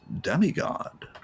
demigod